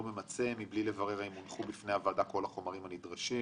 ממצה מבלי לברר האם הונחו בפני הוועדה כל החומרים הנדרשים";